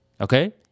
okay